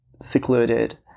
secluded